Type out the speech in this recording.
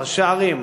ראשי הערים,